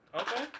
Okay